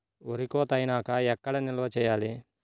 వరి కోత అయినాక ఎక్కడ నిల్వ చేయాలి?